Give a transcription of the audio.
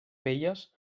velles